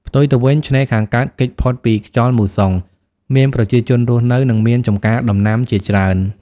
ផ្ទុយទៅវិញ ឆ្នេរខាងកើតគេចផុតពីខ្យល់មូសុង មានប្រជាជនរស់នៅ និង មានចំការដំណាំជាច្រើន ។